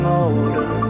older